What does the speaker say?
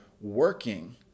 working